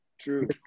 True